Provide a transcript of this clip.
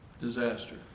Disaster